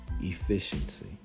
efficiency